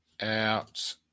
out